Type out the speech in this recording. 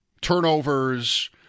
Turnovers